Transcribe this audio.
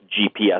GPS